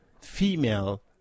female